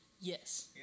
Yes